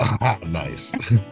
nice